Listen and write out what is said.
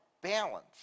balance